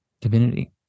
divinity